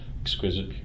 Exquisite